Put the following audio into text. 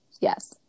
Yes